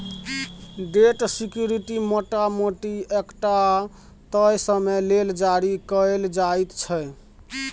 date security मोटा मोटी एकटा तय समय लेल जारी कएल जाइत छै